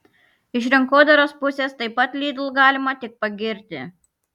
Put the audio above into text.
iš rinkodaros pusės taip pat lidl galima tik pagirti